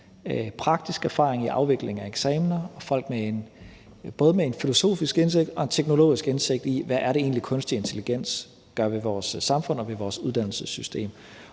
praktisk erfaring i afvikling af eksamener og folk med både en filosofisk indsigt og en teknologisk indsigt i, hvad det egentlig er, kunstig intelligens gør ved vores samfund og ved vores uddannelsessystem.